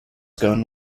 gun